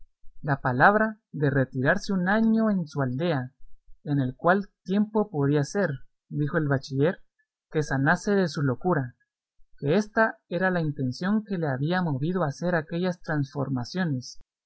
la palabra de retirarse un año en su aldea en el cual tiempo podía ser dijo el bachiller que sanase de su locura que ésta era la intención que le había movido a hacer aquellas transformaciones